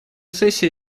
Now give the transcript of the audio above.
сессии